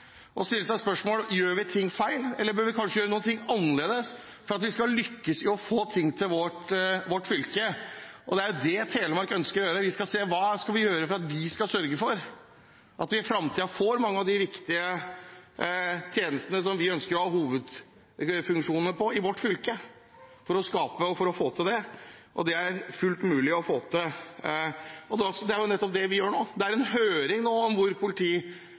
stille seg spørsmålet: Gjør vi ting feil? Bør vi kanskje gjøre ting annerledes for å lykkes med å få ting til vårt fylke? Det er det Telemark ønsker. Hva skal vi gjøre for å sørge for og for å få til at vi i fremtiden får mange av de viktige tjenestene som vi ønsker å ha av hovedfunksjoner på i vårt fylke? Det er det fullt mulig å få til, og det er jo nettopp det vi gjør nå. Det er en høring nå om hvor